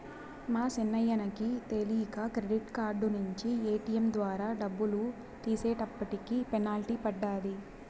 మా సిన్నాయనకి తెలీక క్రెడిట్ కార్డు నించి ఏటియం ద్వారా డబ్బులు తీసేటప్పటికి పెనల్టీ పడ్డాది